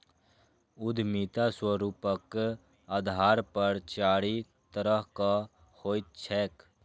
उद्यमिता स्वरूपक आधार पर चारि तरहक होइत छैक